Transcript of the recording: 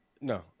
No